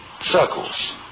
circles